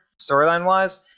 storyline-wise